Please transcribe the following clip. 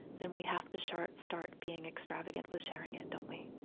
then we have to shart, start being extravagant with sharing it, don't we?